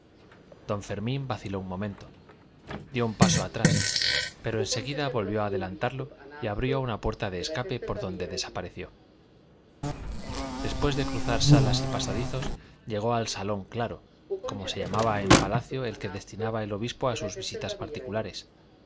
don fermín vaciló un momento dio un paso atrás pero en seguida volvió a adelantarlo y abrió una puerta de escape por donde desapareció después de cruzar salas y pasadizos llegó al salón claro como se llamaba en palacio el que destinaba el obispo a sus visitas particulares